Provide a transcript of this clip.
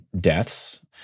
deaths